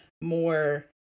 more